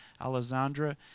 Alessandra